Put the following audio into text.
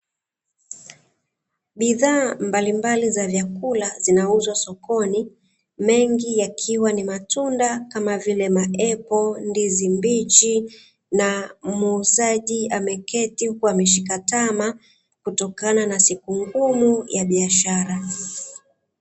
Bidhaa mbalimbali za vyakula zinauzwa sokoni, mengi yakiwa ni matunda kama vile: maepo, ndizi mbichi na muuzaji ameketi huku ameshika tama, kutokana na siku ngumu ya biashara.